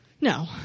No